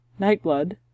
Nightblood